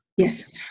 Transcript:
Yes